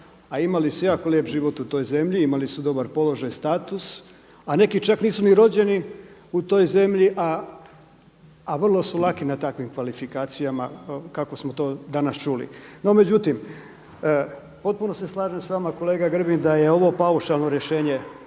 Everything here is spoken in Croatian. a imali su jako lijep život u toj zemlji, imali su dobar položaj, status. A neki čak nisu ni rođeni u toj zemlji, a vrlo su laki na takvim kvalifikacijama kako smo to danas čuli. No međutim, potpuno se slažem s vama kolega Grbin da je ovo paušalno rješenje